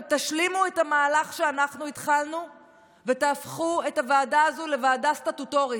תשלימו את המהלך שאנחנו התחלנו ותהפכו את הוועדה הזו לוועדה סטטוטורית.